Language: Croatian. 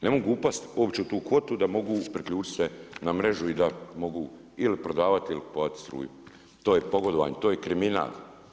Ne mogu upasti uopće u tu kvotu da mogu priključit se na mrežu i da mogu ili prodavati ili kupovati struju, to je pogodovanje, to je kriminal.